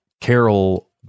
Carol